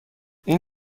این